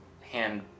hand